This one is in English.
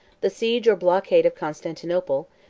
the siege or blockade of constantinople,